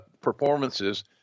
performances